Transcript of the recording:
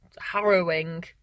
Harrowing